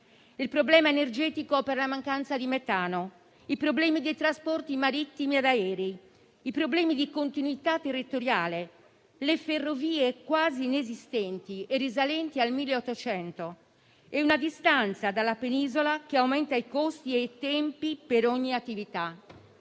al problema energetico per la mancanza di metano e a quelli dei trasporti marittimi ed aerei e di continuità territoriale, con le ferrovie quasi inesistenti e risalenti al 1800 e una distanza dalla Penisola che aumenta i costi e i tempi per ogni attività.